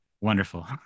Wonderful